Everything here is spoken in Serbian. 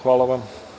Hvala vam.